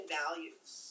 values